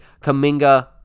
Kaminga